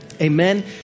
amen